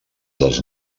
dels